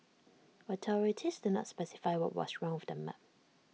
authorities did not specify what was wrong with the map